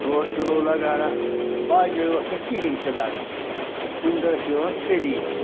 ژور کِلوٗ لَگہٕ ہٲنَہ بعضے اوس نہٕ کِہیٖنۍ تہِ لَگان کُنہِ دۄہ ٲسۍ یِوان ژھٔریٖچ